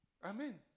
Amen